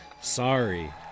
Sorry